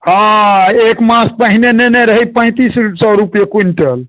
हँ एक मास पहिने लेने रही पैंतीस सए रुपैए क्विंटल